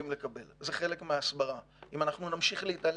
אחד בחווארה ואחד בעזה, והם לא הצליחו לקבל